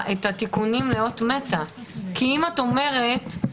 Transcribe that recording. נעשה את התיקונים בכל הסעיפים לפי מה שאמרנו,